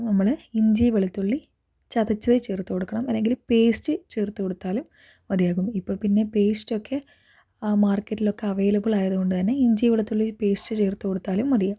നമ്മൾ ഇഞ്ചി വെളുത്തുള്ളി ചതച്ചത് ചേർത്ത് കൊടുക്കണം അല്ലെങ്കിൽ പേസ്റ്റ് ചേർത്ത് കൊടുത്താൽ മതിയാകും ഇപ്പോൾ പിന്നെ പേസ്റ്റ് ഒക്കെ ആ മാർക്കറ്റിൽ ഒക്കെ അവൈലബിൾ ആയത് കൊണ്ടുതന്നെ ഇഞ്ചി വെളുത്തുള്ളി പേസ്റ്റ് ചേർത്ത് കൊടുത്താലും മതിയാകും